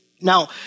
Now